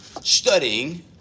studying